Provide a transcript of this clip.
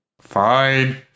Fine